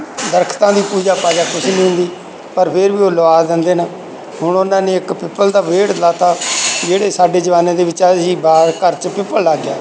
ਦਰੱਖਤਾਂ ਦੀ ਪੂਜਾ ਪਾਜਾ ਕੁਛ ਨਹੀਂ ਹੁੰਦੀ ਪਰ ਫਿਰ ਵੀ ਉਹ ਲਵਾ ਦਿੰਦੇ ਨੇ ਹੁਣ ਉਹਨਾਂ ਨੇ ਇੱਕ ਪਿੱਪਲ ਦਾ ਪੇੜ ਲਾਤਾ ਜਿਹੜੇ ਸਾਡੇ ਜ਼ਮਾਨੇ ਦੇ ਵਿਚ ਅਸੀਂ ਬਾਹਰ ਘਰ 'ਚ ਪਿੱਪਲ ਲੱਗ ਗਿਆ